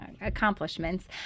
accomplishments